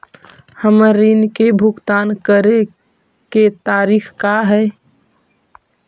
हमर ऋण के भुगतान करे के तारीख का हई?